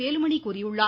வேலுமணி கூறியுள்ளார்